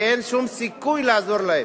כי אין שום סיכוי לעזור להם,